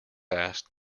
asked